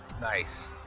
Nice